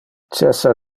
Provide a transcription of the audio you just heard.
cessa